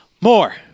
more